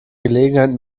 gelegenheit